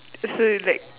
so it's like